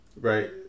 right